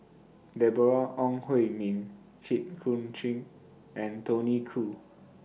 Deborah Ong Hui Min Jit Koon Ch'ng and Tony Khoo